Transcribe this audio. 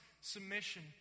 submission